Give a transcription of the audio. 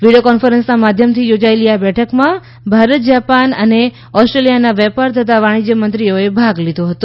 video કોન્ફરન્સના માધ્યમથી યોજાયેલી આ બેઠકમાં ભારત જાપાન અને ઓસ્ટ્રેલિયાના વેપાર તથા વાણિજ્યમંત્રીઓએ ભાગ લીધો હતો